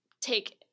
take